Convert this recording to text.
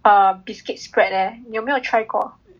a biscuit spread leh 你有没有 try 过